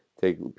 take